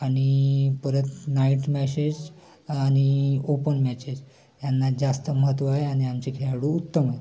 आणि परत night matches आणि ओपन मॅचेस यांना जास्त महत्व आहे आणि आमचे खेळाडू उत्तम आहेत